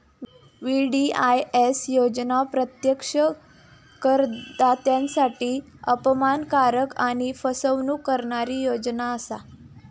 VDIS योजना प्रत्यक्षात करदात्यांसाठी अपमानकारक आणि फसवणूक करणारी योजना असा